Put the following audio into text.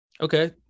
Okay